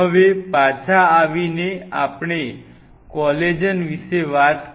હવે પાછા આવીએ આપણે કોલેજન વિશે વાત કરી